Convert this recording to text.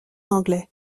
anglais